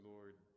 Lord